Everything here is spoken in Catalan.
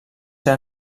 ser